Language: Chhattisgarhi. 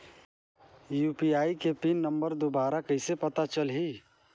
यू.पी.आई के पिन नम्बर दुबारा कइसे पता चलही?